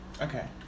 Okay